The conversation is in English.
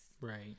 Right